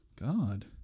God